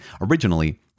originally